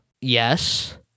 Yes